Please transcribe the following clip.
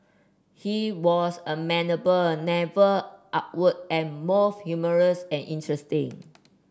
he was amenable never awkward and both humorous and interesting